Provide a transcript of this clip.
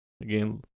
Again